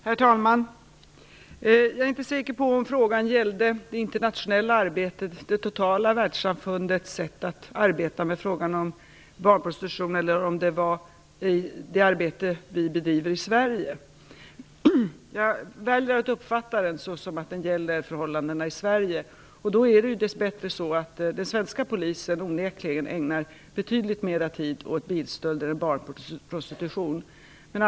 Herr talman! Jag är inte säker på om frågan gällde det internationella arbetet - det totala världssamfundets sätt att arbeta med frågan om barnprostitution - eller om det var det arbete vi bedriver i Sverige. Jag väljer att uppfatta den så som att den gäller förhållanden i Sverige. Den svenska polisen ägnar dess bättre onekligen betydligt mera tid åt bilstölder än barnprostitution.